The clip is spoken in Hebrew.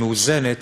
מרוככת ומאוזנת,